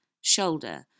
shoulder